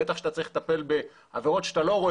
בטח כשאתה צריך לטפל בעבירות שאתה לא רואה